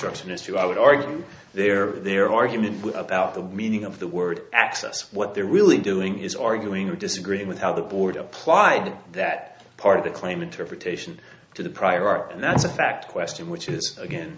true i would argue there their argument about the meaning of the word access what they're really doing is arguing or disagreeing with how the board applied that part of the claim interpretation to the prior art and that's a fact question which is again